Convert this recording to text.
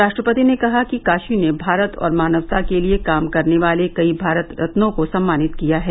राष्ट्रपति ने कहा कि काशी ने भारत और मानवता के लिए काम करने वाले कई भारत रत्नों को सम्मानित किया है